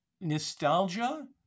Nostalgia